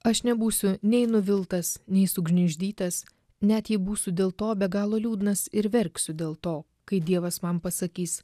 aš nebūsiu nei nuviltas nei sugniuždytas net jei būsiu dėl to be galo liūdnas ir verksiu dėl to kai dievas man pasakys